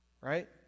right